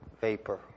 vapor